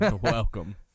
Welcome